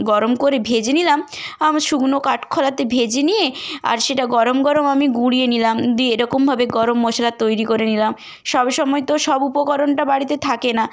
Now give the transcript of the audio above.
গরম করে ভেজে নিলাম শুকনো কাঠ খোলাতে ভেজে নিয়ে আর সেটা গরম গরম আমি গুঁড়িয়ে নিলাম দিয়ে এরকমভাবে গরম মশলা তৈরি করে নিলাম সব সময় তো সব উপকরণটা বাড়িতে থাকে না